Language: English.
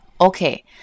Okay